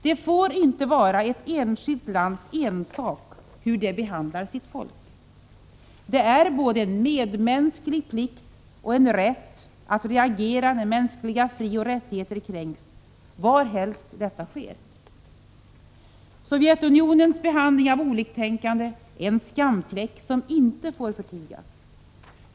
Det får inte vara ett enskilt lands ensak hur det behandlar sitt folk. Det är både en medmänsklig plikt och en rättighet att reagera när mänskliga frioch rättigheter kränks var helst detta sker. Sovjetunionens behandling av oliktänkande är en skamfläck som inte får förtigas.